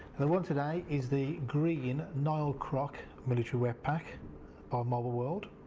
and the one today is the green nile croc military wetpack by marlborough world.